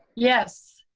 yes.